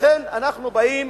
לכן אנחנו באים